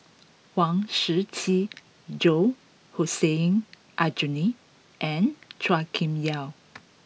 Huang Shiqi Joan Hussein Aljunied and Chua Kim Yeow